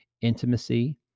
Intimacy